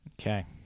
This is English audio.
Okay